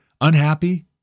unhappy